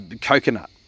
coconut